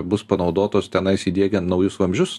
bus panaudotos tenais įdiegiant naujus vamzdžius